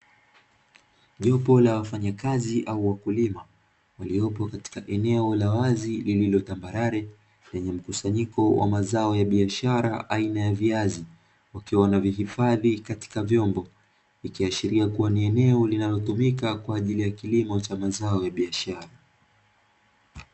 Jopo la wafanyakazi au wakulima waliopo katika eneo la wazi lililotambarare lenye mkusanyiko wa mazao ya biashara aina ya viazi wakiwa wanavihifadhi katika vyombo. Ikiashiria kuwa ni eneo linalotumika kwa ajili ya kilimo cha mazao ya biashara.